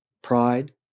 Pride